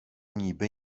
niby